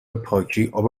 پاکی، اب